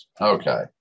okay